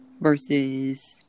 versus